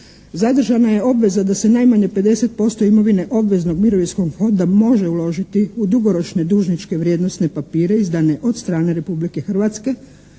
Zadržana je obveza da se najmanje 50% imovine obveznog mirovinskog fonda može uložiti u dugoročne dužničke vrijednosne papire izdane od strane Republike Hrvatske